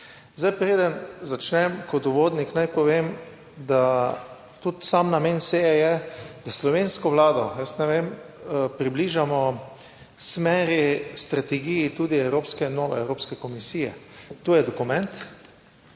Zdaj, preden začnem kot uvodnik, naj povem, da tudi sam namen seje je, da slovensko vlado, jaz ne vem, približamo smeri, strategiji tudi evropske in nove Evropske komisije. To je dokument,